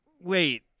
wait